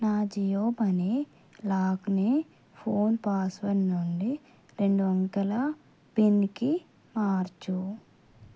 నా జియో మనీ లాక్ని phone password నుండి రెండు అంకెల పిన్కి మార్చు